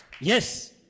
Yes